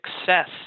success